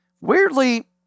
Weirdly